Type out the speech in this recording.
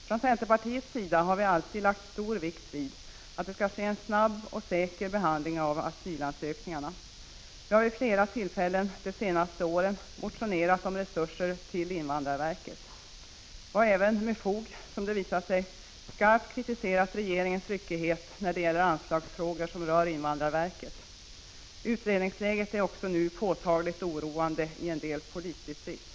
Från centerpartiets sida har vi alltid lagt stor vikt vid att det skall ske en snabb och säker behandling av asylansökningarna. Vi har vid flera tillfällen de senaste åren motionerat om resurser till invandrarverket. Vi har även med fog, som det visat sig, skarpt kritiserat regeringens ryckighet när det gäller ansvarsfrågor som rör invandrarverket. Utredningsläget är nu också påtagligt oroande i en del polisdistrikt.